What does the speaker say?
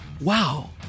wow